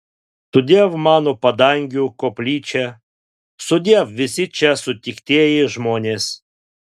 sudiev mano padangių koplyčia sudiev visi čia sutiktieji žmonės